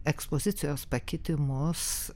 ekspozicijos pakitimus